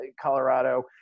Colorado